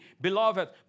Beloved